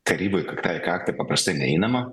karyboj kakta į kaktą paprastai neinama